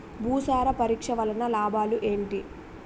భూసార పరీక్ష వలన లాభాలు ఏంటి?